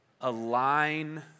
align